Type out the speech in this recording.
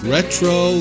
Retro